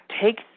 take